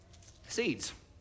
seeds